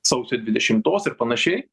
sausio dvidešimtos ir panašiai